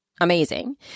amazing